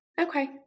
Okay